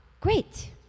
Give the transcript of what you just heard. great